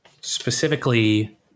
Specifically